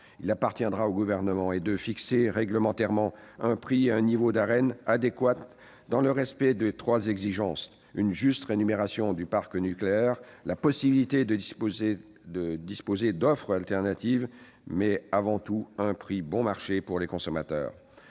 Il appartiendra au Gouvernement de fixer par voie réglementaire un prix et un niveau d'Arenh adéquats, dans le respect de trois exigences : une juste rémunération du parc nucléaire et la possibilité de disposer d'offres alternatives, mais, avant tout, un prix bon marché pour les consommateurs.